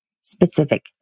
specific